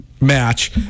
match